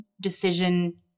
decision